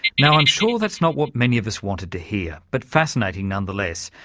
now i'm sure that's not what many of us wanted to hear. but fascinating, nonetheless.